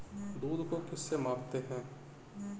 दूध को किस से मापते हैं?